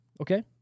Okay